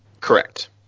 Correct